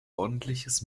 ordentliches